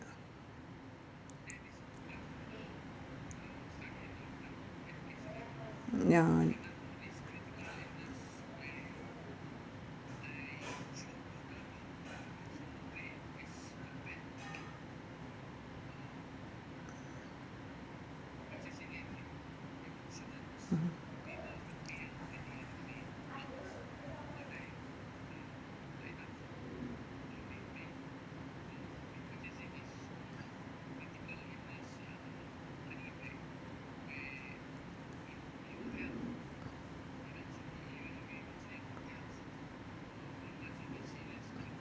ya mmhmm